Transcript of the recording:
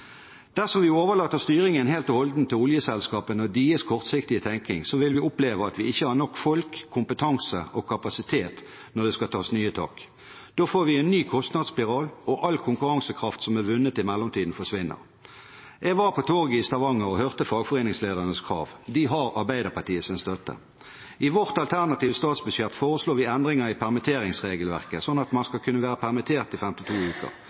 Dersom vi overlater styringen helt og holdent til oljeselskapene og deres kortsiktige tenking, vil vi oppleve at vi ikke har nok folk, kompetanse og kapasitet når det skal tas nye tak. Da får vi en ny kostnadsspiral, og all konkurransekraft som er vunnet i mellomtiden, forsvinner. Jeg var på torget i Stavanger og hørte fagforeningsledernes krav. De har Arbeiderpartiets støtte. I vårt alternative statsbudsjett foreslår vi endringer i permitteringsregelverket, slik at man skal kunne være permittert i 52 uker. Vi reduserer arbeidsgivers lønnsplikt fra ti til fem